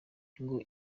ngo